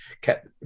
kept